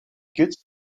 goods